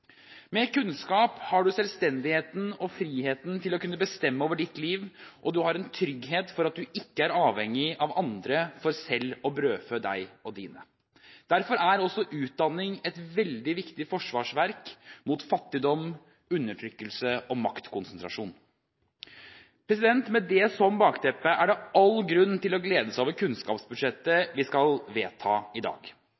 Med kunnskap har man selvstendigheten og friheten til å kunne bestemme over sitt liv, og man har en trygghet for at man ikke er avhengig av andre for selv å brødfø seg og sine. Derfor er også utdanning et veldig viktig forsvarsverk mot fattigdom, undertrykkelse og maktkonsentrasjon. Med det som bakteppe er det all grunn til å glede seg over